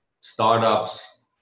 startups